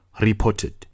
reported